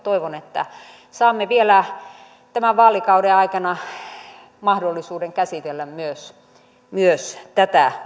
toivon että saamme vielä tämän vaalikauden aikana mahdollisuuden käsitellä myös myös tätä